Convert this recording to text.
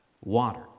water